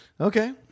Okay